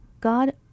God